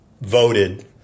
voted